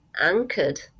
anchored